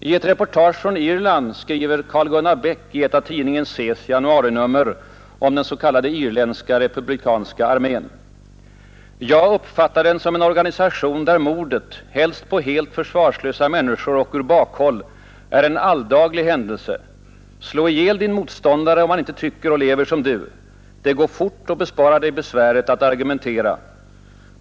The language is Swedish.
I ett reportage från Irland skriver Karl-Gunnar Bäck i ett av tidningen SE:s januarinummer om den s.k. irländska republikanska armén: ”Jag uppfattar den som en organisation där mordet — helst på helt försvarslösa människor och ur bakhåll — är en alldaglig händelse. Slå ihjäl din motståndare om han inte tycker och lever som DU! Det går fort och besparar dig besväret att argumentera.